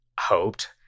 hoped